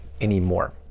anymore